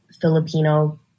Filipino